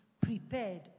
prepared